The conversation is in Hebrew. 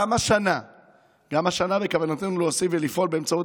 גם השנה בכוונתנו להוסיף ולפעול באמצעות